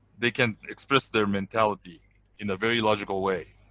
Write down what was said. they can express their mentality in a very logical way,